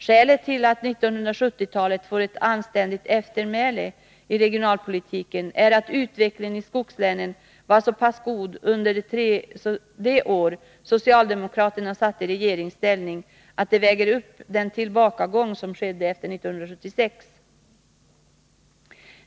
Skälet till att 1970-talet får ett anständigt eftermäle i regionalpolitiken är att utvecklingen i skogslänen var så pass god under de år socialdemokraterna satt i regeringsställning att det väger upp den tillbakagång som skedde efter 1976.